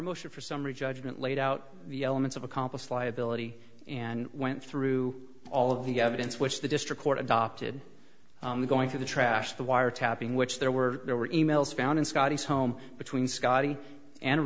motion for summary judgment laid out the elements of accomplice liability and went through all of the evidence which the district court adopted going to the trash the wiretapping which there were there were e mails found in scotty's home between scotty and